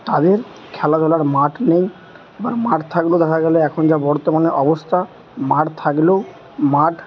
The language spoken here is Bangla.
তাদের খেলাধুলার মাঠ নেই বা মাঠ থাকলেও দেখা গেলো এখন যা বর্তমানে অবস্থা মাঠ থাকলেও মাঠ